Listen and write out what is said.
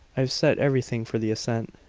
i've set everything for the ascent.